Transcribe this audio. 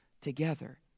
together